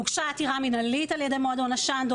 הוגשה עתירה מנהלית על ידי מועדון השנדו